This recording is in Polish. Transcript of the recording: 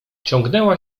ciągnęła